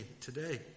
today